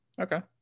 Okay